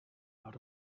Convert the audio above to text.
out